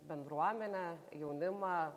bendruomenę jaunimą